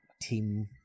team